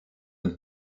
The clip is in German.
und